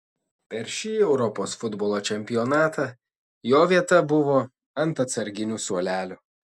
per šį europos futbolo čempionatą jo vieta buvo ant atsarginių suolelio